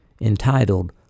entitled